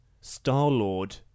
Star-Lord